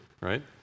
right